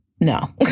no